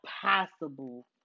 possible